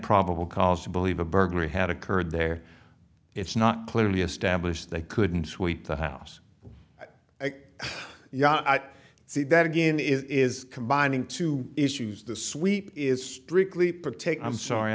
probable cause to believe a burglary had occurred there it's not clearly established they couldn't sweep the house yeah i see that again is combining two issues the sweep is strictly for take i'm sorry